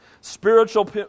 spiritual